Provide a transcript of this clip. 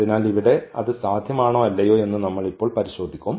അതിനാൽ ഇവിടെ അത് സാധ്യമാണോ അല്ലയോ എന്ന് നമ്മൾ ഇപ്പോൾ പരിശോധിക്കും